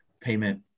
payment